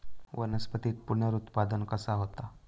वनस्पतीत पुनरुत्पादन कसा होता?